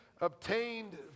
obtained